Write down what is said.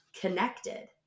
connected